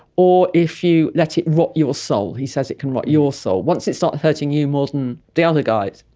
or if you let it rot your soul, he says it can rot your soul. once it's not hurting you more than the other guys,